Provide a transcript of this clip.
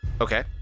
okay